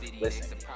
Listen